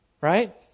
Right